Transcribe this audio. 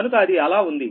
కనుక అది అలా ఉంది